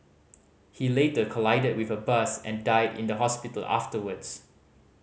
he later collided with a bus and died in the hospital afterwards